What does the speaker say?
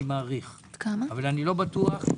לא בטוח.